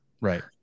Right